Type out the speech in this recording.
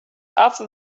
after